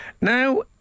Now